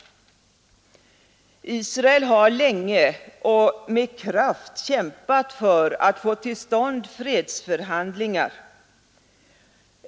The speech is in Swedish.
Israel har länge och med kraft kämpat för att få till stånd fredsförhandlingar.